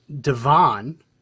Devon